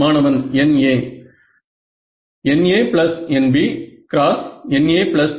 மாணவன் NA NANBXNANB